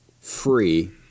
free